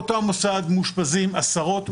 באותו המוסד מאושפזים עשרות,